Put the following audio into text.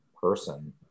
person